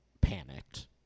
panicked